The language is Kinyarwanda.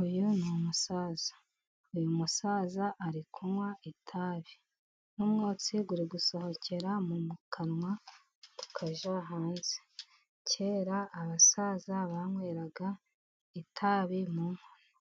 Uyu ni umusaza, uyu musaza ari kunywa itabi, n'umwotsi uri gusohokera mu mu kanwa ukajya hanze, kera abasaza banyweraga itabi mu nkono.